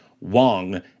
Wong